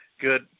good